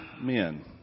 men